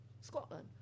Scotland